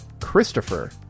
christopher